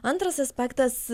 antras aspektas